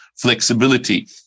flexibility